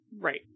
Right